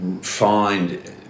find